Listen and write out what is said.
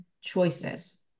choices